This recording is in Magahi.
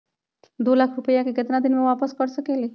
दो लाख रुपया के केतना दिन में वापस कर सकेली?